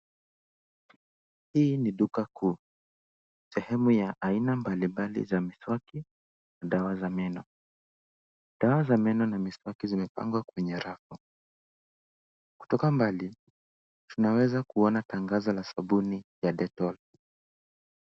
Hii ni duka kuu. Sehemu ya aina mbalimbali za miswaki, na dawa za meno. Dawa za meno na miswaki zimepangwa kwenye rafu. Kutoka mbali, tunaeza kuona tangazo la sabuni ya dettol.